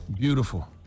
Beautiful